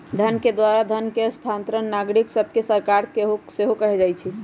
के द्वारा धन के स्थानांतरण नागरिक सभसे सरकार के हो जाइ छइ